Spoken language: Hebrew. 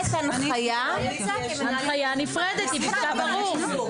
היא ביקשה הנחיה נפרדת.